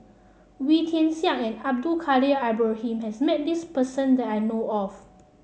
Wee Tian Siak and Abdul Kadir Ibrahim has met this person that I know of